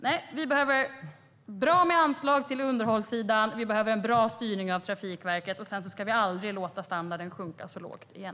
Nej, vi behöver bra med anslag till underhållssidan och en bra styrning av Trafikverket, och sedan ska vi aldrig låta standarden sjunka så lågt igen.